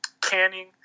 Canning